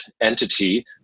entity